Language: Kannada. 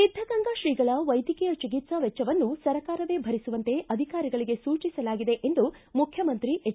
ಸಿದ್ದಗಂಗಾ ಶ್ರೀಗಳ ವೈದ್ಯಕೀಯ ಚಿಕಿತ್ಸಾ ವೆಚ್ವವನ್ನು ಸರ್ಕಾರವೇ ಭರಿಸುವಂತೆ ಅಧಿಕಾರಿಗಳಿಗೆ ಸೂಚಿಸಲಾಗಿದೆ ಎಂದು ಮುಖ್ಯಮಂತ್ರಿ ಎಚ್